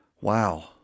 wow